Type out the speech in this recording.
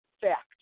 fact